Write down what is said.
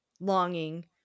longing